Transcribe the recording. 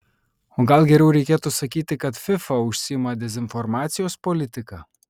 o gal geriau reikėtų sakyti kad fifa užsiima dezinformacijos politika